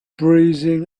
bruising